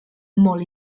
molt